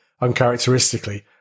uncharacteristically